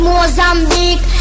Mozambique